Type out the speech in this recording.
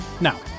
Now